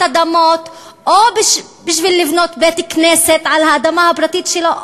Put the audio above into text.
אדמות או בשביל לבנות בית-כנסת על האדמה הפרטית שלו,